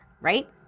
right